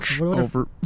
Over